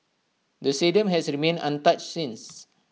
the stadium has remained untouched since